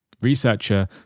Researcher